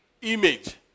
image